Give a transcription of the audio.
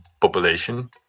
population